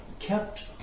kept